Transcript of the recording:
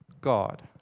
God